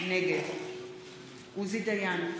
נגד עוזי דיין,